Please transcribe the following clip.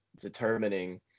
determining